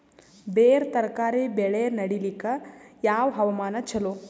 ಬೇರ ತರಕಾರಿ ಬೆಳೆ ನಡಿಲಿಕ ಯಾವ ಹವಾಮಾನ ಚಲೋ?